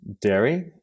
dairy